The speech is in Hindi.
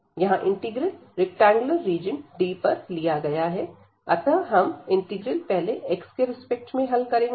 यहां इंटीग्रल रैक्टेंगुलर रीजन D पर लिया गया है अतः हम इंटीग्रल पहले x के रिस्पेक्ट में हल करेंगे